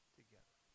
together